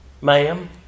ma'am